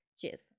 Cheers